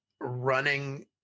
running